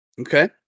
Okay